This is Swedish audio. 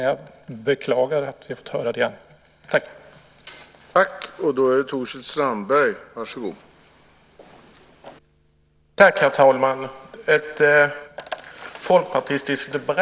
Jag beklagar att vi har fått höra det igen.